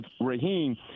Raheem